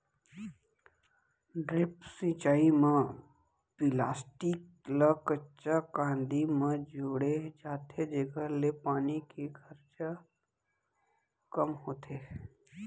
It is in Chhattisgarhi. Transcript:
ड्रिप सिंचई म पिलास्टिक ल कच्चा कांदी म जोड़े जाथे जेकर ले पानी के खरचा कम होथे